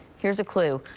here's a clue.